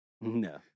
No